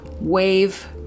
wave